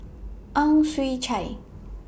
Ang Chwee Chai